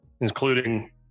including